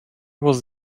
was